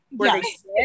Yes